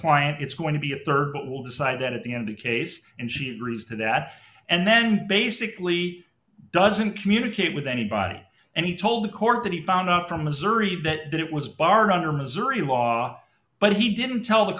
client it's going to be a rd but will decide that at the end of the case and she agrees to that and then basically doesn't communicate with anybody and he told the court that he found out from missouri that it was barred under missouri law but he didn't tell the